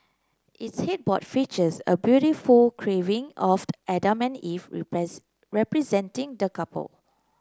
its headboard features a beautiful carving of Adam and Eve repress representing the couple